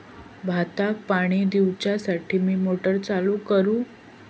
भाताक पाणी दिवच्यासाठी मी मोटर चालू करू?